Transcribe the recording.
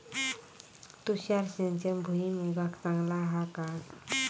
तुषार सिंचन भुईमुगाक चांगला हा काय?